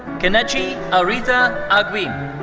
kenechi aretha agbim.